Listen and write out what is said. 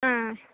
आं